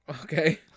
Okay